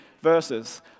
verses